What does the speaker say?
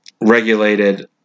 regulated